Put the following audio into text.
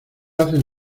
hacen